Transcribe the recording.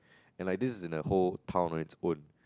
and like this is in a whole town on it's own